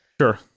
Sure